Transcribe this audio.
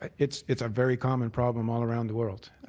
it's it's a very common problem all around the world.